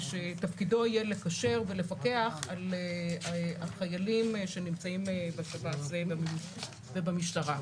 שתפקידו יהיה לקשר ולפקח על החיילים שנמצאים בצבא ובמשטרה.